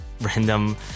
random